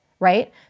Right